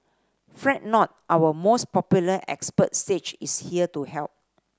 fret not our most popular expert stage is here to help